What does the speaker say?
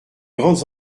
grandes